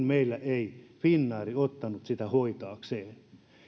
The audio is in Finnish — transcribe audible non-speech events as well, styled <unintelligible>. <unintelligible> meillä ei finnair ottanut sitä hoitaakseen